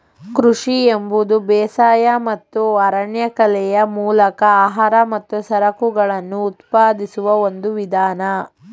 ಕೃಷಿ ಎಂಬುದು ಬೇಸಾಯ ಮತ್ತು ಅರಣ್ಯಕಲೆಯ ಮೂಲಕ ಆಹಾರ ಮತ್ತು ಸರಕುಗಳನ್ನು ಉತ್ಪಾದಿಸುವ ಒಂದು ವಿಧಾನ